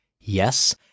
Yes